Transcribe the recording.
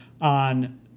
on